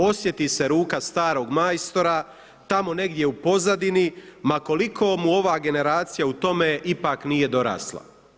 Osjeti se ruka starog majstora, tamo negdje u pozadini, ma koliko mu ova generacija u tome ipak nije dorasla.